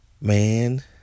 Man